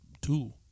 two